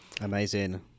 Amazing